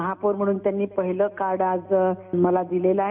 महापौर म्हणून त्यांनी पहिलं कार्ड आज मला दिलं आहे